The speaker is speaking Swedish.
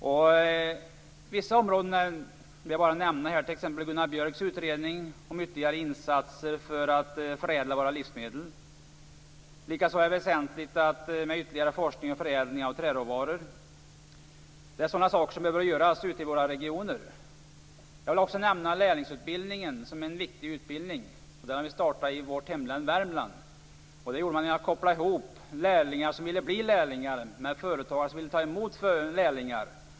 Jag vill bara nämna Gunnar Björks utredning om ytterligare insatser för att förädla våra livsmedel. Likaså är det väsentligt med ytterligare forskning och förädling av träråvaror. Det är sådana saker som behöver göras ute i våra regioner. Jag vill också nämna lärlingsutbildningen som en viktig utbildning. Den har startat i vårt hemlän Värmland. Man kopplade ihop dem som ville bli lärlingar med företagare som ville ta emot lärlingar.